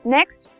Next